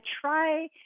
try